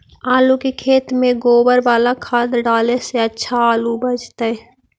आलु के खेत में गोबर बाला खाद डाले से अच्छा आलु उपजतै?